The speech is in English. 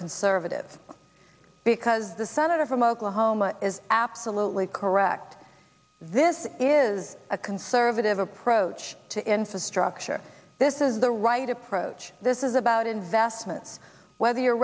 conservative because the senator from oklahoma is absolutely correct this is a conservative approach to infrastructure this is the right approach this is about investments whether you're